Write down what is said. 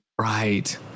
right